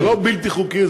זה לא בלתי חוקי,